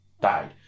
died